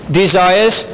desires